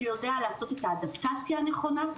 שיודע לעשות את האדפטציה הנכונה,